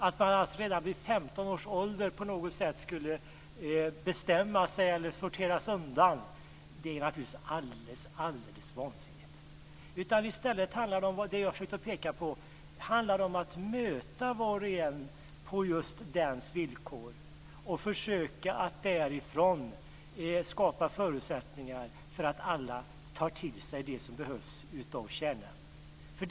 Att man redan vid 15 års ålder skulle sorteras undan är naturligtvis alldeles vansinnigt. I stället handlar det om att möta var och en på just dens villkor och försöka att skapa förutsättningar för att alla tar till sig det som behövs av kärnämnen.